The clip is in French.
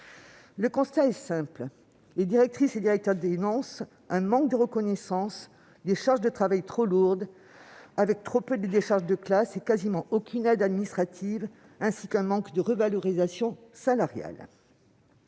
Le constat est simple. Les directrices et directeurs dénoncent un manque de reconnaissance, une charge de travail trop lourde, avec trop peu de décharges de classe et quasiment aucune aide administrative, ainsi qu'un manque de revalorisation salariale.